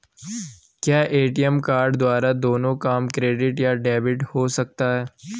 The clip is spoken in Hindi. क्या ए.टी.एम कार्ड द्वारा दोनों काम क्रेडिट या डेबिट हो सकता है?